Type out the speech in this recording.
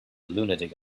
lunatic